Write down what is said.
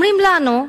אומרים לנו,